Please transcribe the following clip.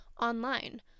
online